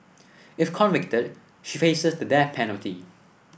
if convicted she faces the death penalty